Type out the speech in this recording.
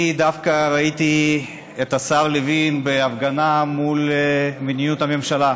אני דווקא ראיתי את השר לוין בהפגנה על מדיניות הממשלה,